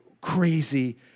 crazy